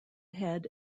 head